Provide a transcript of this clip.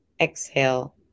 Exhale